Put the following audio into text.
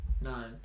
nine